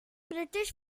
british